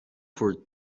for